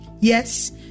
Yes